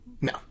No